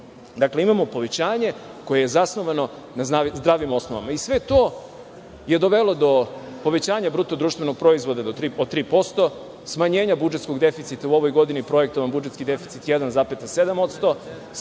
imamo povećanje koje je zasnovano na zdravim osnovama. Sve to je dovelo do povećanja BDP od 3%, smanjenja budžetskog deficita u ovoj godini, projektovan budžetski deficit 1,7%.